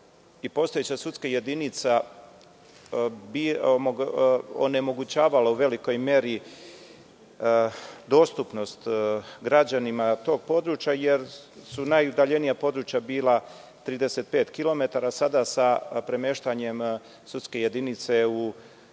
postojeća sudska jedinica onemogućavala u velikoj meri dostupnost građanima tog područja jer su najudaljenija područja bila 35 km, sada, sa premeštanjem sudske jedinice u